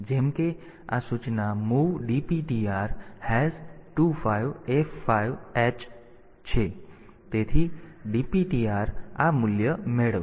જેમ કે આ સૂચના MOV DPTR 25F5H છે તેથી DPTR જોડી આ મૂલ્ય મેળવશે